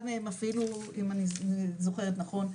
אחד מהם אפילו אם אני זוכרת נכון,